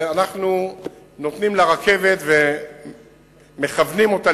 ואנחנו נותנים לרכבת ומכוונים אותה